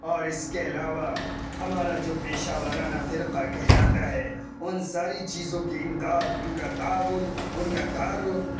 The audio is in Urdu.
اور اس کے علاوہ ہمارا جو پیشہ وارانہ فرقہ کہلاتا ہے ان ساری چیزوں کی امداد ان کا تعاون ان کا تعارف